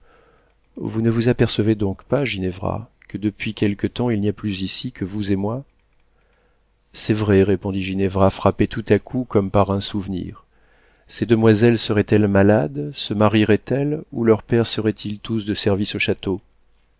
vous ne vous apercevez donc pas ginevra que depuis quelque temps il n'y a plus ici que vous et moi c'est vrai répondit ginevra frappée tout à coup comme par un souvenir ces demoiselles seraient-elles malades se marieraient elles ou leurs pères seraient-ils tous de service au château